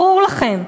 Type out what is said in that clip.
ברור לכם.